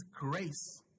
grace